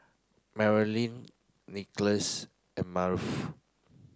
Marylin Nikolas and Arnulfo